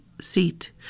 seat